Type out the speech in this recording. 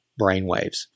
brainwaves